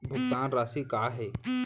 भुगतान राशि का हे?